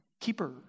keeper